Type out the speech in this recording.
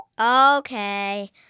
Okay